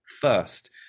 first